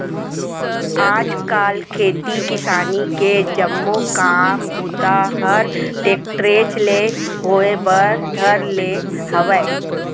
आज काल खेती किसानी के जम्मो काम बूता हर टेक्टरेच ले होए बर धर ले हावय